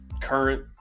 current